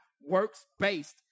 works-based